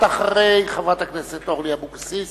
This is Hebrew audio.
את אחרי חברת הכנסת אורלי אבקסיס.